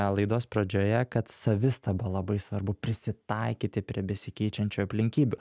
laidos pradžioje kad savistaba labai svarbu prisitaikyti prie besikeičiančių aplinkybių